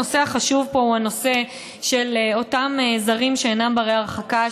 הנושא החשוב פה הוא הנושא של אותם זרים שאינם בני-הרחקה,